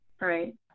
Right